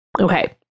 Okay